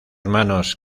manos